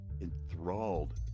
enthralled